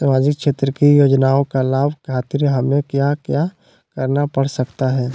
सामाजिक क्षेत्र की योजनाओं का लाभ खातिर हमें क्या क्या करना पड़ सकता है?